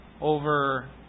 over